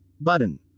button